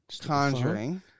Conjuring